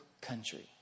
country